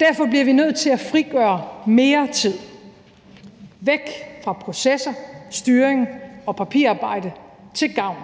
Derfor bliver vi nødt til at frigøre mere tid. Vi skal væk fra processer, styring og papirarbejde til gavn